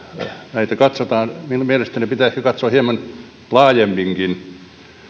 näitä katsotaan minun mielestäni pitää ehkä katsoa hieman laajemminkin